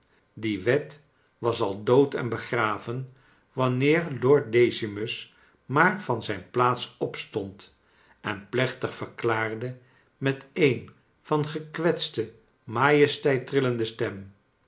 die wet was al dood en begraven wanneer lord decimus maar van zijn plaats opstond en plecbtig verklaarde met een van gekwetste majesteit trillende stem